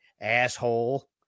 asshole